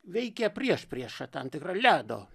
veikia priešpriešą tam tikrą ledo